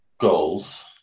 goals